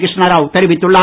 கிருஷ்ண ராவ் தெரிவித்துள்ளார்